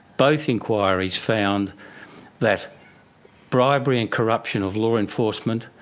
both inquiries found that bribery and corruption of law enforcement,